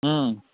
हा